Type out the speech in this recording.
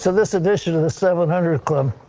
so this addition of seven hundred club,